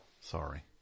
Sorry